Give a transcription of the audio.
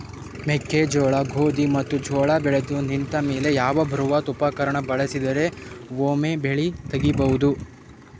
ಮೆಕ್ಕೆಜೋಳ, ಗೋಧಿ ಮತ್ತು ಜೋಳ ಬೆಳೆದು ನಿಂತ ಮೇಲೆ ಯಾವ ಬೃಹತ್ ಉಪಕರಣ ಬಳಸಿದರ ವೊಮೆ ಬೆಳಿ ತಗಿಬಹುದು?